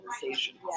conversations